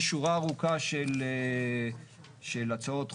יש שורה ארוכה של הצעות חוק,